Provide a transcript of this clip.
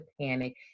panic